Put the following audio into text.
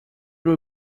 will